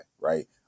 Right